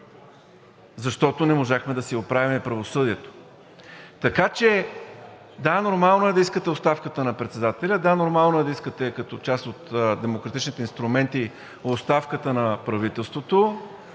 защото не можахме да си оправим правосъдието. Така че да – нормално е да искате оставката на председателя, да, нормално е да искате като част от демократичните инструменти оставката на правителството,